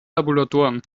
tabulatoren